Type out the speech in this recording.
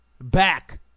back